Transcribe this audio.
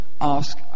ask